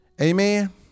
Amen